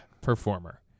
performer